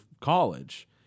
college